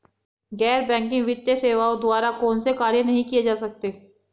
गैर बैंकिंग वित्तीय सेवाओं द्वारा कौनसे कार्य नहीं किए जा सकते हैं?